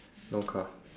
no car